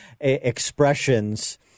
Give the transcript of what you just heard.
expressions